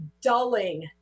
dulling